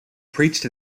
preached